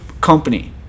company